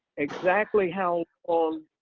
exactly how um